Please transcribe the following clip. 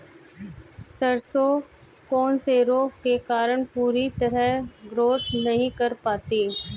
सरसों कौन से रोग के कारण पूरी तरह ग्रोथ नहीं कर पाती है?